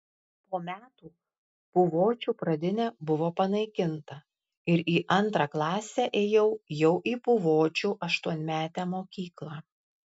po metų puvočių pradinė buvo panaikinta ir į antrą klasę ėjau jau į puvočių aštuonmetę mokyklą